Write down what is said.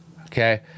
okay